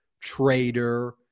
traitor